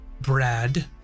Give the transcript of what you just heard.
Brad